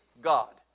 God